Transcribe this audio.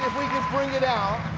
bring it out.